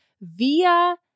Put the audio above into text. via